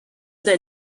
that